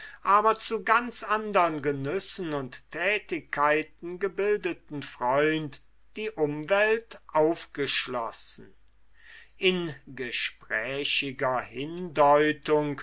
aber zu ganz andern genüssen und tätigkeiten gebildeten freund die umwelt aufgeschlossen in gesprächiger hindeutung